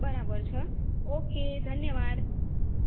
બરાબર છે ઓકે ધન્યવાદ